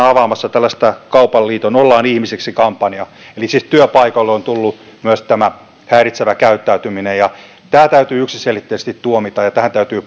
avaamassa tällaista kaupan liiton ollaan ihmisiksi kampanjaa eli siis myös työpaikoille on tullut tämä häiritsevä käyttäytyminen ja tämä täytyy yksiselitteisesti tuomita ja tähän täytyy